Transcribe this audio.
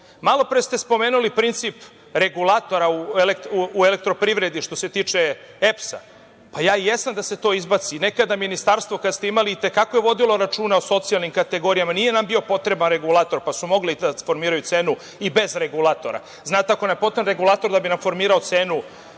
ste spomenuli princip regulatora u elektroprivredi, što se tiče EPS-a, pa, ja i jesam da se to izbaci. Nekada ministarstvo kad ste imali i te kako je vodilo računa o socijalnim kategorijama, nije nam bio potreban regulator, pa su mogli da formiraju cenu i bez regulatora. Znate, ako nam je potreban regulator da bi nam formirao cenu,